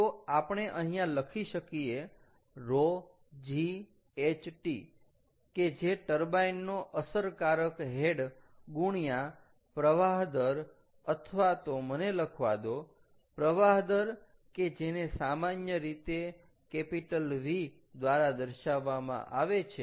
તો આપણે અહીંયા લખી શકીએ ρ g HT કે જે ટર્બાઈન નો અસરકારક હેડ ગુણ્યા પ્રવાહ દર અથવા તો મને લખવા દો પ્રવાહ દર કે જેને સામાન્ય રીતે V દ્વારા દર્શાવવામાં આવે છે